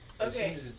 Okay